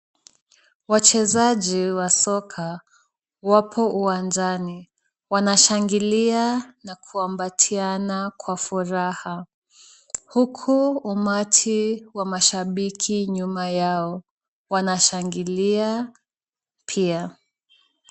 Wachezaji wa soka wapo uwanjani. Wanashangilia na kukumbatiana kwa furaha ,huku umati wa mashabiki nyuma yao wanashangilia pia.